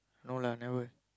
no lah never